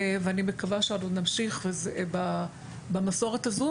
ואני מקווה שנמשיך במסורת הזו.